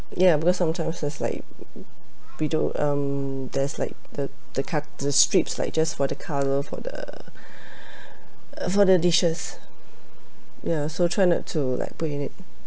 because sometimes there's like we do um there is like the the co~ the strips like just for the colour for the uh for the dishes ya so try not to like put in it